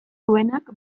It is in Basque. duenak